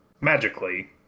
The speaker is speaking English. magically